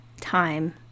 time